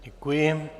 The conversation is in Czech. Děkuji.